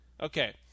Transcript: Okay